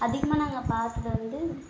அதிகமாக நாங்கள் பார்க்குறது வந்து